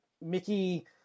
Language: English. Mickey